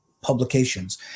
publications